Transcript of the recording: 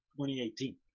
2018